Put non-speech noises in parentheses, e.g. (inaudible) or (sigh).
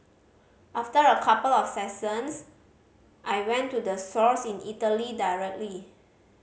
after a couple of (unintelligible) I went to the source in Italy directly